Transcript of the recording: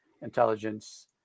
Intelligence